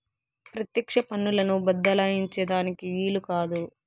పెత్యెక్ష పన్నులను బద్దలాయించే దానికి ఈలు కాదు